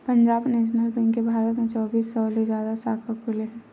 Punjab national bank के भारत म चौबींस सौ ले जादा साखा खुले हे